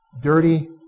Dirty